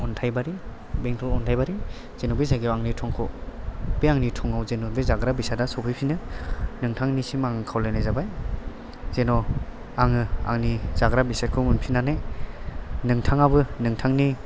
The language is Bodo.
अन्थाइबारि बेंथल अन्थाइबारि जेन' बे जायगायाव आंनि थंखौ बे आंनि थंआव जेन' बे जाग्रा बेसादा सफैफिनो नोंथांनिसिम आं खावलायनाय जाबाय जेन' आङो आंनि जाग्रा बेसादखौ मोनफिनानै नोंथाङाबो नोंथांनि